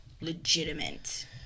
legitimate